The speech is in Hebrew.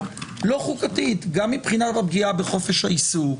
לא חוקתית גם מבחינת הפגיעה בחופש העיסוק,